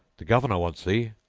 the governor wants thee!